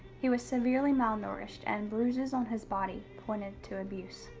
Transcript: he was severely malnourished, and bruises on his body pointed to abuse.